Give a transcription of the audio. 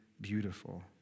beautiful